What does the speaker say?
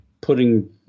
putting